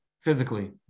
physically